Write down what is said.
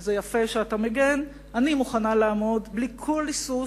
זה יפה שאתה מגן, בלי כל היסוס,